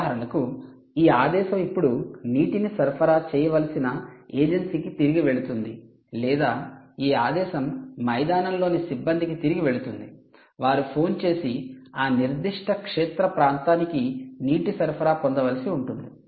ఉదాహరణకు ఈ ఆదేశం ఇప్పుడు నీటిని సరఫరా చేయవలసిన ఏజెన్సీకి తిరిగి వెళుతుంది లేదా ఈ ఆదేశం మైదానంలోని సిబ్బందికి తిరిగి వెళుతుంది వారు ఫోన్ చేసి ఆ నిర్దిష్ట క్షేత్ర ప్రాంతానికి నీటి సరఫర పొందవలసి ఉంటుంది